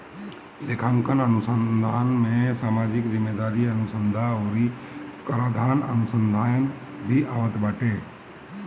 लेखांकन अनुसंधान में सामाजिक जिम्मेदारी अनुसन्धा अउरी कराधान अनुसंधान भी आवत बाटे